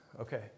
Okay